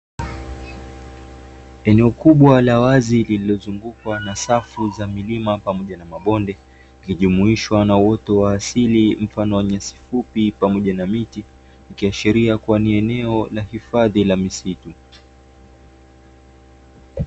Eneo kubwa la wazi, lililozungukwa na safu za milima pamoja na mabonde, ikijumuishwa na uoto wa asili mfano wa nyasi fupi pamoja na miti, ikiashiria kuwa ni eneo la hifadhi ya misitu.